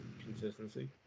Consistency